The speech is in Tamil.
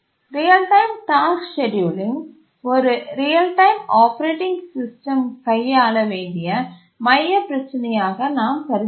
ரியல் டைம் டாஸ்க் ஸ்கேட்யூலிங் ஒரு ரியல் டைம் ஆப்பரேட்டிங் சிஸ்டம் கையாள வேண்டிய மையப் பிரச்சினையாக நாம் கருதினோம்